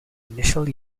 initial